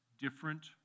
different